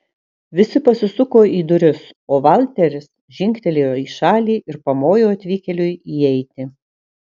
visi pasisuko į duris o valteris žingtelėjo į šalį ir pamojo atvykėliui įeiti